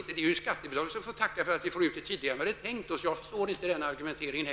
Det borde vara skattebetalarna som skall tacka för att de får ut pengarna tidigare än vad som var tänkt.